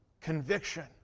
Conviction